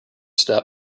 first